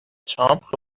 ترامپ